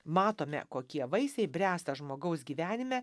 matome kokie vaisiai bręsta žmogaus gyvenime